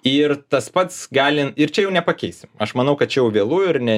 ir tas pats gali ir čia jau nepakeisi aš manau kad jau vėlu ir ne